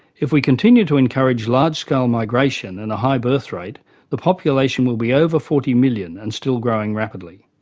if we continue to encourage large scale migration and a high birth rate the population will be over forty million and still growing rapidly.